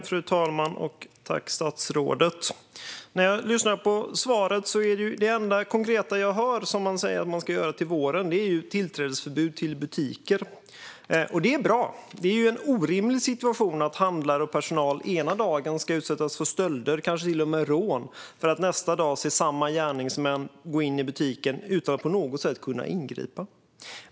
Fru talman! Jag lyssnar på svaret. Det enda konkreta jag hör, som man säger att man ska göra till våren, är tillträdesförbud i butiker. Det är bra. Det är en orimlig situation att handlare och personal ena dagen ska utsättas för stölder, kanske till och med rån, och att de nästa dag ska se samma gärningsmän gå in i butiken utan att de på något sätt kan ingripa.